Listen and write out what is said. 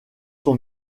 son